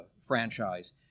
franchise